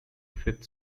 fifth